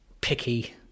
picky